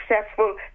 successful